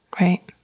right